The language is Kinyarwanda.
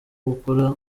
gukora